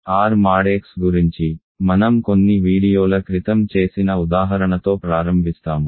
R mod x గురించి మనం కొన్ని వీడియోల క్రితం చేసిన ఉదాహరణతో ప్రారంభిస్తాము